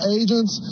agents